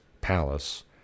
palace